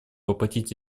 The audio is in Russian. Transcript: воплотить